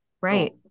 Right